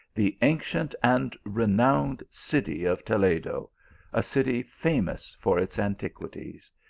the ancient and renowned city of toledo a city famous for its antiquities.